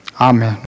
Amen